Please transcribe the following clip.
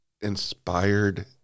inspired